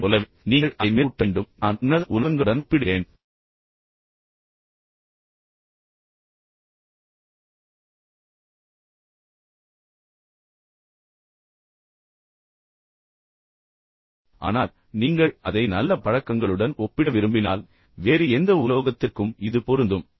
வெள்ளியைப் போலவே நீங்கள் அதை மெருகூட்ட வேண்டும் நான் உன்னத உலோகங்களுடன் ஒப்பிடுகிறேன் ஆனால் நீங்கள் அதை நல்ல பழக்கங்களுடன் ஒப்பிட விரும்பினால் வேறு எந்த உலோகத்திற்கும் இது பொருந்தும்